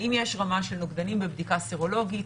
האם יש רמה של נוגדנים בבדיקה הסרולוגית,